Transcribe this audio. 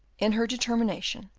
in her determination,